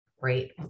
Great